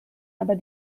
aber